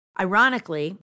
Ironically